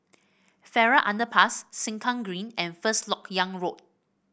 Farrer Underpass Sengkang Green and First LoK Yang Road